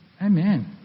Amen